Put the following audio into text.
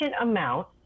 amount